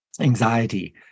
anxiety